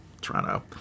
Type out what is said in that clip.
toronto